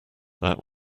that